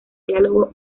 diálogo